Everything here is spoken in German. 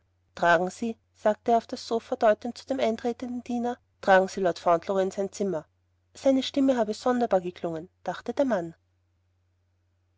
tragen sie sagte er auf das sofa deutend zu dem eintretenden diener tragen sie lord fauntleroy auf sein zimmer seine stimme habe sonderbar geklungen dachte der mann